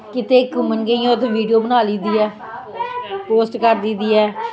ਕਿਤੇ ਘੁੰਮਣ ਗਈ ਹਾਂ ਉੱਥੇ ਵੀਡੀਓ ਬਣਾ ਲਈਦੀ ਹੈ ਪੋਸਟ ਕਰਦੀ ਦੀ ਹੈ